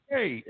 Hey